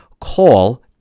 call